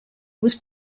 was